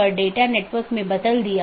इसमें स्रोत या गंतव्य AS में ही रहते है